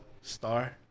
Star